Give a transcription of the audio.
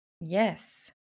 Yes